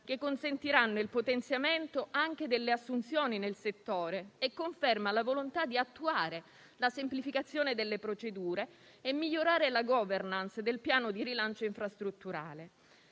che consentiranno il potenziamento anche delle assunzioni nel settore, e conferma la volontà di attuare la semplificazione delle procedure e migliorare la *governance* del piano di rilancio infrastrutturale.